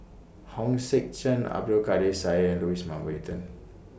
Hong Sek Chern Abdul Kadir Syed and Louis Mountbatten